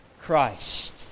Christ